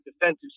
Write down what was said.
defensive